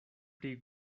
pri